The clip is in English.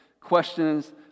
questions